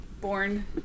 Born